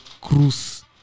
Cruz